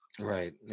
Right